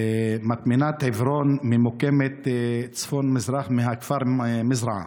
מטמנת עברון ממוקמת צפונית-מזרחית לכפר מזרעה,